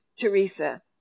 Teresa